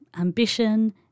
ambition